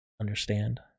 understand